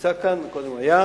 שנמצא כאן, קודם הוא היה,